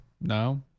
No